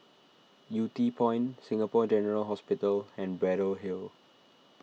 Yew Tee Point Singapore General Hospital and Braddell Hill